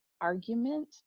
argument